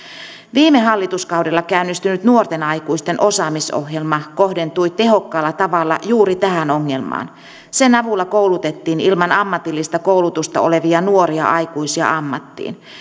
viime hallituskaudella käynnistynyt nuorten aikuisten osaamisohjelma kohdentui tehokkaalla tavalla juuri tähän ongelmaan sen avulla koulutettiin ilman ammatillista koulutusta olevia nuoria aikuisia ammattiin